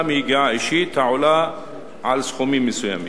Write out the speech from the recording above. מיגיעה אישית העולה על סכומים מסוימים.